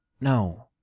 no